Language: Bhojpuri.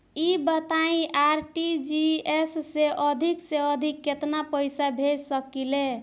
ई बताईं आर.टी.जी.एस से अधिक से अधिक केतना पइसा भेज सकिले?